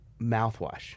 mouthwash